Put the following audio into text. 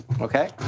Okay